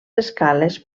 escales